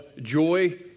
joy